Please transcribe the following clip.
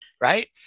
right